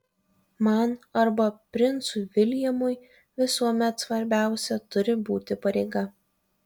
man arba princui viljamui visuomet svarbiausia turi būti pareiga